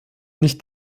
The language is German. nicht